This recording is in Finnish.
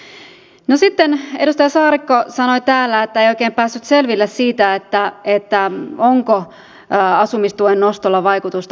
sitten edustaja saarikko sanoi täällä että ei oikein päässyt selville siitä onko asumistuen nostolla vaikutusta vuokriin